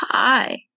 Hi